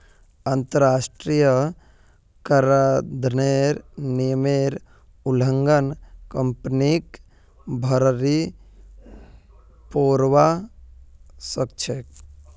अंतरराष्ट्रीय कराधानेर नियमेर उल्लंघन कंपनीक भररी पोरवा सकछेक